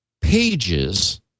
pages